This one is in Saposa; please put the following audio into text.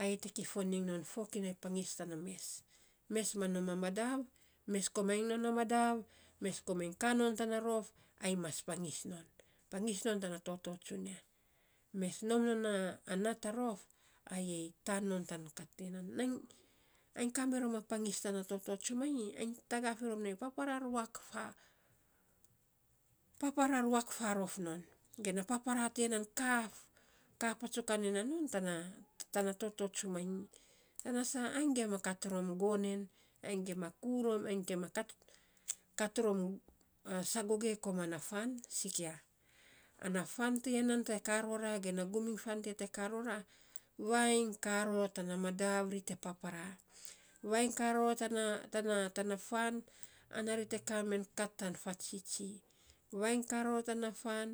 ai te nom kifon iny non fokinai pangis tana mes. Mes ma non a madav, mes komainy non a madav, mes komainy kaa non tana rof ai mas pangis non. Pangis non tana toto tsunia, mes nom non a nat a rof, ayei taan non tan kat ti nan. Nainy ainy kami rom a pangis tana toto tsumanyi, ai tagaa firom nei, papara ruak papara ruak faarof non, ge na papara tiya nan kaa kaa patsukan en na non, tana tana toto tsumainy, tana saa ai gima kat rom gonen, ai gima kuurom, ai gima gima kat rom sagoge koman a fan, sikia ana fan toya na te kaa rora, gen naa gum iny fau tiya nan te kaa rora, vainy kaa ror tana madav ri te papara. Vainy kaa ror tana tana fan, ana ri te kaa men kat tan fatsits, vainy kaa ror tana fan.